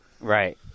Right